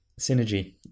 synergy